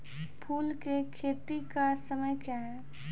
फुल की खेती का समय क्या हैं?